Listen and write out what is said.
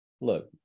look